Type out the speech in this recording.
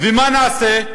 ומה נעשה?